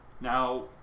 Now